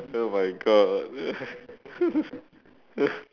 oh my God